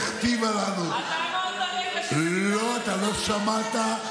הכתיבה לנו, אתה אמרת הרגע, לא, אתה לא שמעת.